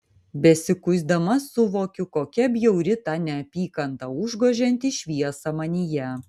besikuisdama suvokiu kokia bjauri ta neapykanta užgožianti šviesą manyje